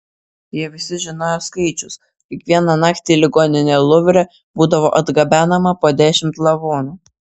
jie visi žinojo skaičius kiekvieną naktį į lavoninę luvre būdavo atgabenama po dešimt lavonų